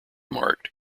marked